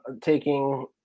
taking